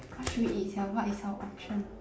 what should we eat sia what is our option